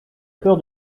peur